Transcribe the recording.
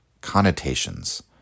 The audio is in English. connotations